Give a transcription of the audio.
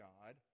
God